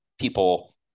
people